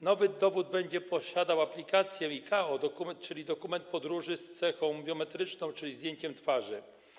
Nowy dowód będzie posiadał aplikację ICAO, czyli dokument podróży z cechą biometryczną, czyli zdjęciem twarzy.